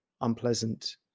unpleasant